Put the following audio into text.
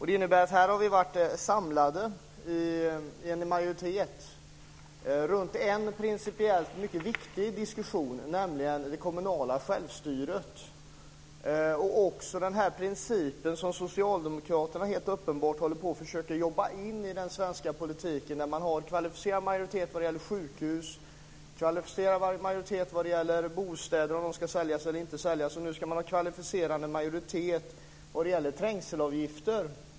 Det innebär att vi har varit samlade i en majoritet runt en principiellt mycket viktig diskussion, nämligen det kommunala självstyret och den princip som Socialdemokraterna uppenbarligen försöker jobba in i den svenska politiken där man har kvalificerad majoritet när det gäller sjukhus och om bostäder ska få säljas eller inte. Nu ska man ha kvalificerad majoritet när det gäller trängselavgifter.